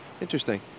Interesting